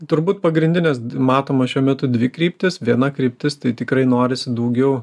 turbūt pagrindinės matomos šiuo metu dvi kryptis viena kryptis tai tikrai norisi daugiau